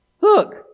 Look